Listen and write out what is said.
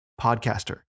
podcaster